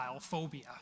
phobia